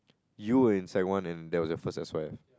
you were in sec one and that was your first S_Y_F